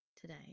today